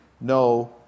no